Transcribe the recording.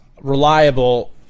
reliable